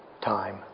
time